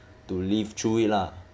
to live through it lah